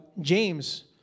James